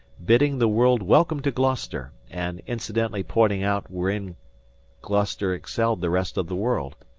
bidding the world welcome to gloucester, and incidentally pointing out wherein gloucester excelled the rest of the world.